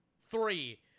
Three